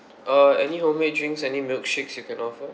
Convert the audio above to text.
uh any homemade drinks any milkshakes you can offer